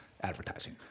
advertising